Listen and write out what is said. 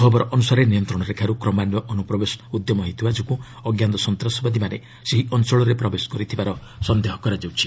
ଖବର ଅନୁସାରେ ନିୟନ୍ତ୍ରଣ ରେଖାରୁ କ୍ରମାନ୍ୱୟ ଅନୁପ୍ରବେଶ ଉଦ୍ୟମ ହେଉଥିବା ଯୋଗୁଁ ଅଜ୍ଞାତ ସନ୍ତାସବାଦୀମାନେ ସେହି ଅଞ୍ଚଳରେ ପ୍ରବେଶ କରିଥିବାର ସନ୍ଦେହ କରାଯାଉଛି